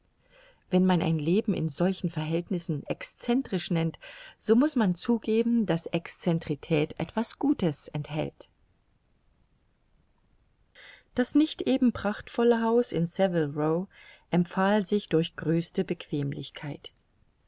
wenn man ein leben in solchen verhältnissen excentrisch nennt so muß man zugeben daß excentricität etwas gutes enthält phileas fogg das nicht eben prachtvolle haus in saville row empfahl sich durch größte bequemlichkeit